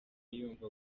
yumva